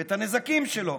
ואת הנזקים שלו.